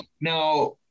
now